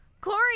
Corey